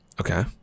Okay